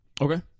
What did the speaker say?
Okay